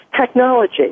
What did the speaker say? technology